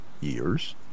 years